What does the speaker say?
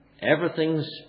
Everything's